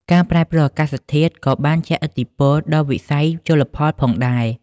ការប្រែប្រួលអាកាសធាតុក៏បានជះឥទ្ធិពលដល់វិស័យជលផលផងដែរ។